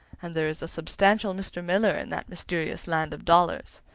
and there is a substantial mr. miller in that mysterious land of dollars.